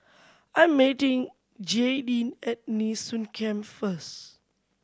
I'm meeting Jaydin at Nee Soon Camp first